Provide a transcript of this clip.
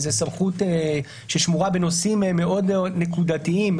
זו סמכות ששמורה בנושאים מאוד נקודתיים,